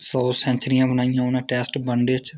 सौ सेंचुरियां बनाइयां उ'न्ने टेस्ट वन डे च